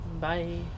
bye